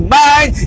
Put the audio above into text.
mind